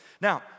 Now